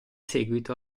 seguito